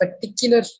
particular